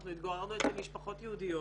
אנחנו התגוררנו אצל משפחות יהודיות.